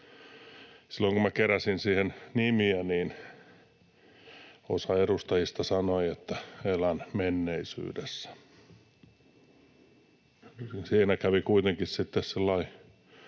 Silloin kun minä keräsin siihen nimiä, niin osa edustajista sanoi, että elän menneisyydessä. Siinä kävi kuitenkin sitten